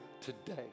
today